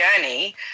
journey